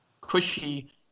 Cushy